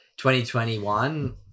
2021